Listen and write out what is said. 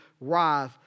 Rise